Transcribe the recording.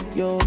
yo